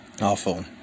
awful